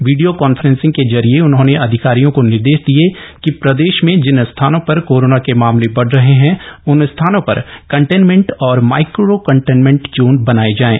video conferencing के जरिए उन्होंने अधिकारियों को निर्देश दिये कि प्रदेश में जिन स्थानों पर कोरोना के मामले बढ़ रहे हैं उन स्थानों पर कंटेनमेंट और माइक्रो कंटेनमेंट जोन बनाए जाएं